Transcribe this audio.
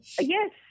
Yes